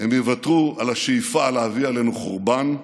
הם יוותרו על השאיפה להביא עלינו חורבן,